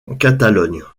catalogne